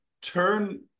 turn